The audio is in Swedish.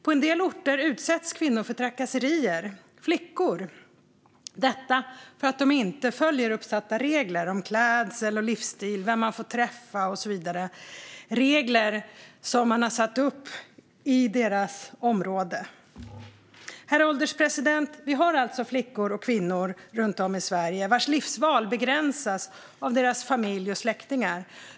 På en del orter utsätts kvinnor och flickor för trakasserier, detta för att de inte följer uppsatta regler om klädsel, livsstil, vem de får träffa och så vidare - regler som man har satt upp i deras område. Herr ålderspresident! Vi har alltså flickor och kvinnor runt om i Sverige vars livsval begränsas av deras familj och släktingar.